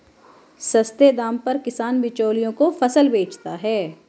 सस्ते दाम पर किसान बिचौलियों को फसल बेचता है